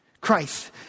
Christ